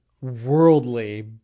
worldly